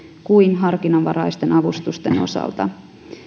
kuin harkinnanvaraisten avustusten osalta